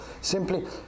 simply